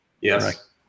Yes